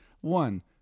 One